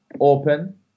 open